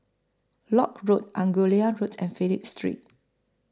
Lock Road Angullia Root and Phillip Street